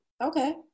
Okay